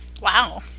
Wow